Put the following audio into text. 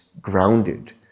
grounded